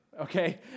okay